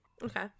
okay